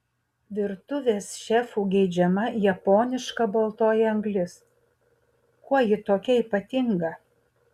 virtuvės šefų geidžiama japoniška baltoji anglis kuo ji tokia ypatinga